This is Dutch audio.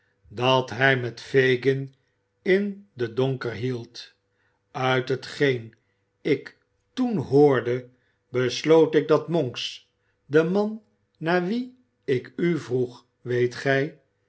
dat hij met fagin in den donker hield uit hetgeen ik toen hoorde besloot ik dat monks de man naar wien ik u vroeg weet gij